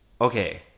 Okay